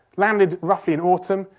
landed roughly in autumn,